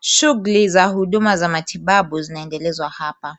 Shughuli za huduma za matibu zinaendelezwa hapa,